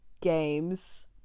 games